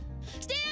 Stand